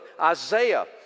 Isaiah